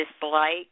dislike